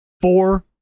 four